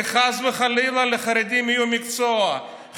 כי חס וחלילה לחרדים יהיה מקצוע,